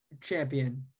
champion